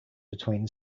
between